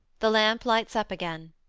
the lamp lights up again.